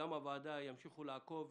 גם הוועדה ימשיכו לעקוב,